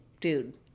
dude